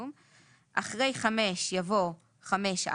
תימחק, אחרי "5" יבוא "5א",